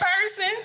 person